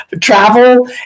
travel